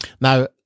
Now